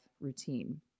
routine